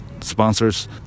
sponsors